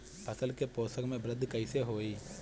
फसल के पोषक में वृद्धि कइसे होई?